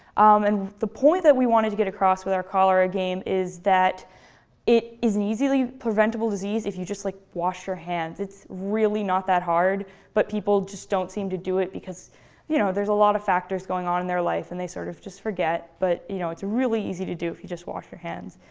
um and the point that we wanted to get across with our cholera game is that it is an easily preventable disease, if you just like wash your hands. it's really not that hard. but people just don't seem to do it, because you know there's a lot of factors going on in their life and they sort of just forget. but you know it's really easy to do, if you just wash your hands.